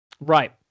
Right